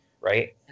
right